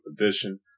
edition